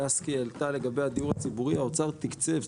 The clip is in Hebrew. העלתה לגבי הדיור הציבורי, האוצר תקצב.